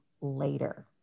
later